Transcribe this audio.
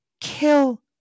kill